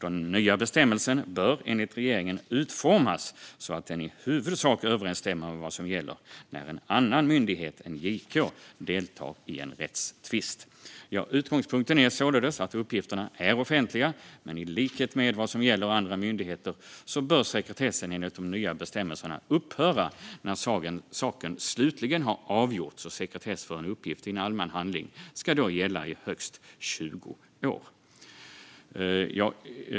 Den nya bestämmelsen bör enligt regeringen utformas så att den i huvudsak överensstämmer med vad som gäller när en annan myndighet än JK deltar i en rättstvist. Utgångspunkten är således att uppgifterna är offentliga. Men i likhet med vad som gäller andra myndigheter bör sekretessen enligt de nya bestämmelserna upphöra när saken slutligen har avgjorts. Sekretess för en uppgift i en allmän handling ska då gälla i högst 20 år.